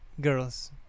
girls